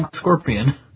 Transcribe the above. Scorpion